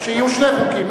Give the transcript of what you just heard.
שיהיו שני חוקים?